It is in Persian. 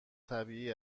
طبیعی